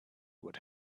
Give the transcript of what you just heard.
would